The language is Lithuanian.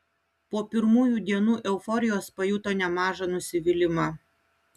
po pirmųjų dienų euforijos pajuto nemažą nusivylimą